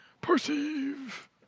perceive